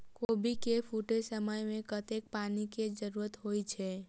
कोबी केँ फूटे समय मे कतेक पानि केँ जरूरत होइ छै?